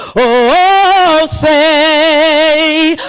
o say